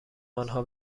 آنها